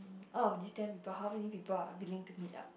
um out of these ten people how many people are willing to meet up